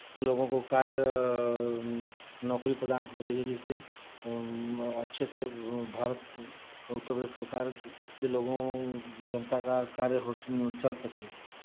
लोगों को कार्य नौकरी प्रदान हो रही है जिससे अच्छे से भारत उत्तर प्रदेश सरकार के लोगों जनता का कार्य हो स चल सके